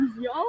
yo